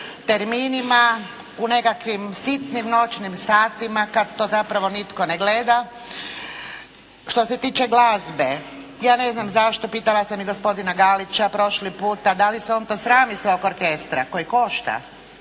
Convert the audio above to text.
u nekakvim sitnim noćnim satima kad to zapravo nitko ne gleda. Što se tiče glazbe. Ja ne znam zašto, pitala sam i gospodina Galića prošli puta, da li se on to srami svog orkestra koji košta?